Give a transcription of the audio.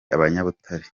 abanyabutare